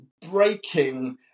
breaking